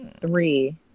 three